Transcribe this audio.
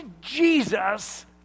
Jesus